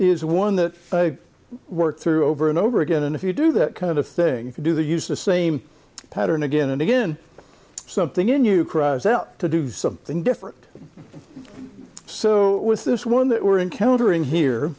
is one that work through over and over again and if you do that kind of thing do they use the same pattern again and again something in you cries out to do something different so with this one that we're encountering here